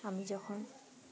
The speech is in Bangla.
আমি যখন